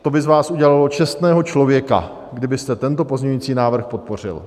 To by z vás udělalo čestného člověka, kdybyste tento pozměňovací návrh podpořil.